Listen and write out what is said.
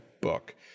book